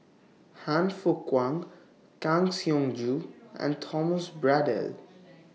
Han Fook Kwang Kang Siong Joo and Thomas Braddell